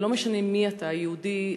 ולא משנה מי אתה: יהודי,